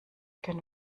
können